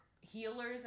healers